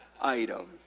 item